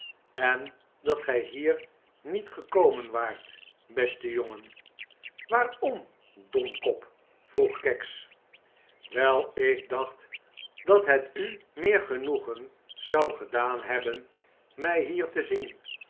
en dat gij hier niet gekomen waart beste jongen waarom domkop vroeg kags wel ik dacht dat het u meer genoegen zou gedaan hebben mij hier te zien